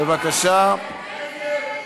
ציפי לבני,